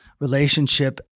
relationship